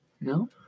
No